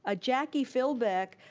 ah jackie fillback.